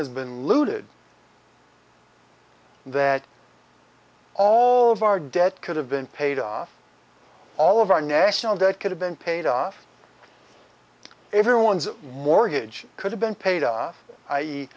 has been looted and that all of our debt could have been paid off all of our national debt could have been paid off everyone's mortgage could have been paid off i e